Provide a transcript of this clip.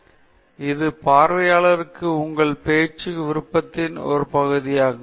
எனவே இது பார்வையாளர்களுக்கான உங்கள் பேச்சு விருப்பத்தின் ஒரு பகுதியாகும்